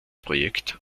projekt